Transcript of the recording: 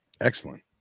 Excellent